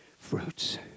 fruits